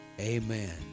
amen